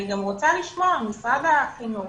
אני גם רוצה לשמוע ממשרד החינוך,